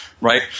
right